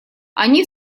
они